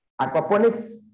aquaponics